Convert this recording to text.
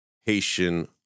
Haitian